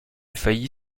faillit